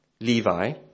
levi